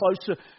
closer